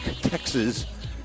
Texas